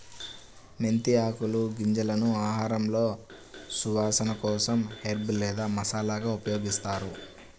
మెంతి ఆకులు, గింజలను ఆహారంలో సువాసన కోసం హెర్బ్ లేదా మసాలాగా ఉపయోగిస్తారు